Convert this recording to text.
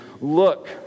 look